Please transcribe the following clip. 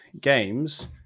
games